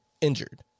injured